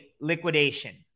liquidation